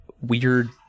weird